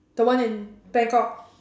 the one in Bangkok